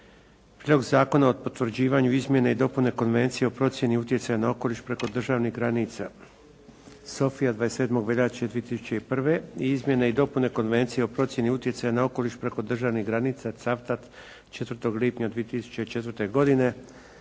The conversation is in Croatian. prijedlog Zakona o potvrđivanju izmjene i dopune Konvencije o procjeni utjecaja na okoliš preko državnih granica Sofija, 27. veljače 2001. i izmjene i dopune Konvencije o procjeni utjecaja na okoliš preko državnih granica, Cavtat 4. lipnja 2004. godine.